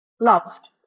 loved